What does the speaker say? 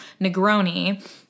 Negroni